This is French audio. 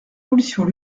pollutions